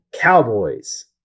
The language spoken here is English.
Cowboys